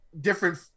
different